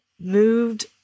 moved